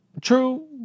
True